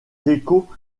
gecko